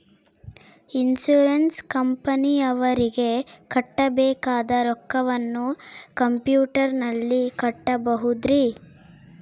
Insurance ಕಂಪನಿಯವರಿಗೆ ಕಟ್ಟಬೇಕಾದ ರೊಕ್ಕವನ್ನು ಕಂಪ್ಯೂಟರನಲ್ಲಿ ಕಟ್ಟಬಹುದ್ರಿ?